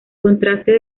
contraste